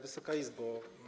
Wysoka Izbo!